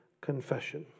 confession